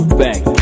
back